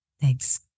Thanks